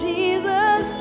Jesus